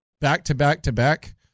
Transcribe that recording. back-to-back-to-back